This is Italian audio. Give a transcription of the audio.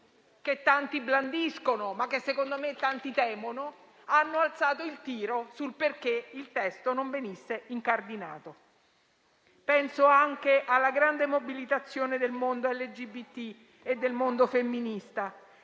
che tanti blandiscono ma che, secondo me, tanti temono, hanno alzato il tiro sul perché il testo non venisse incardinato. Penso anche alla grande mobilitazione del mondo LGBT e del mondo femminista,